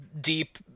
deep